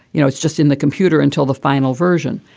you know it's just in the computer until the final version.